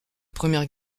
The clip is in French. première